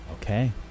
Okay